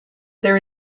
there